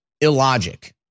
illogic